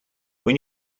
when